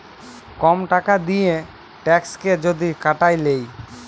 কম টাকা দিঁয়ে ট্যাক্সকে যদি কাটায় লেই